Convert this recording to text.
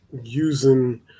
using